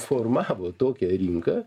formavo tokią rinką